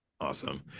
Awesome